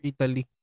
Italy